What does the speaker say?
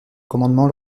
commandement